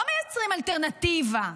לא מייצרים אלטרנטיבה,